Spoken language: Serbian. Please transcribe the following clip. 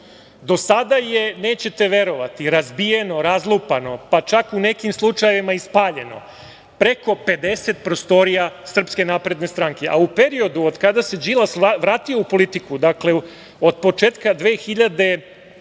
Do sada je, nećete verovati, razbijeno, razlupano, pa čak u nekim slučajevima i spaljeno preko 50 prostorija SNS. U periodu od kad se Đilas vratio u politiku, dakle, od početka 2018.